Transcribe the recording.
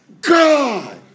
God